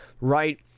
right